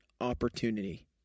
opportunity